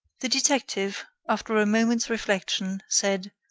the detective, after a moment's reflection, said